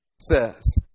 says